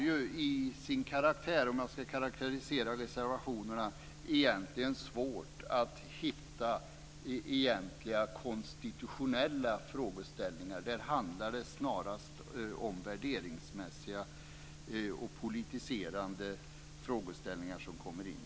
Till sin karaktär - om jag ska karakterisera reservationerna - har de svårt att hitta egentliga konstitutionella frågeställningar. Det är snarare värderingsmässiga och politiserande frågeställningar som kommer in.